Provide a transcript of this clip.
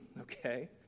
okay